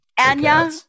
Anya